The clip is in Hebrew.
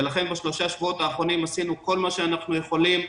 לכן בשלושה השבועות האחרונים עשינו כל מה שאנחנו יכולים,